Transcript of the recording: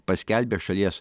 paskelbė šalies